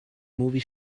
movie